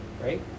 right